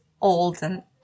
olden